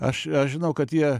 aš žinau kad jie